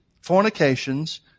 fornications